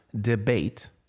debate